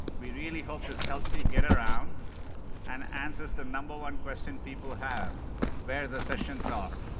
we really hope this helps you get around and answers the number one question people have where the sessions are.